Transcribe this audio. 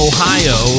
Ohio